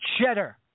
Cheddar